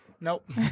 Nope